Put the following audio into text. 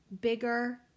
bigger